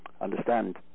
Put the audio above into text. understand